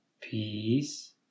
peace